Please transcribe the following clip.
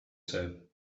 said